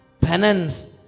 penance